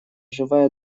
живая